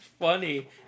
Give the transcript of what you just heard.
funny